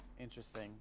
interesting